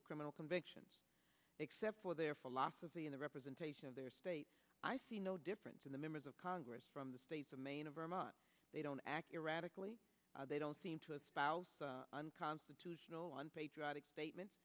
with criminal convictions except for their philosophy in the representation of their state i see no difference in the members of congress from the states of maine of vermont they don't act erotically they don't seem to espouse unconstitutional on patriotic statements